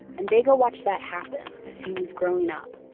and vega watched that happen as he was growing up.